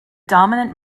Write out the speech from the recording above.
dominant